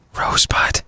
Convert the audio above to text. Rosebud